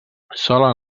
solen